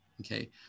Okay